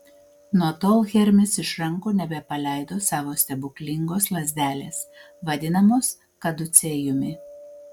nuo tol hermis iš rankų nebepaleido savo stebuklingos lazdelės vadinamos kaducėjumi